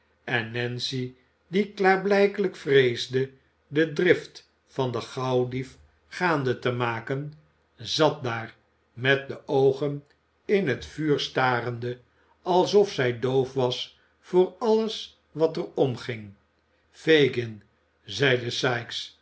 en nancy die klaarblijkelijk vreesde de drift van den gauwdief gaande te maken zat daar met de oogen in het vuur starende alsof zij doof was voor alles wat er omging fagin zeide sikes